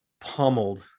pummeled